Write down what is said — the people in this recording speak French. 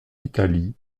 italie